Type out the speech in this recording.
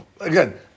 Again